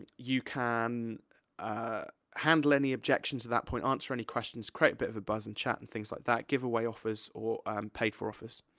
you can handle any objections at that point, answer any questions, create a bit of a buzz in chat, and things like that, give away offers, or paid-for offers.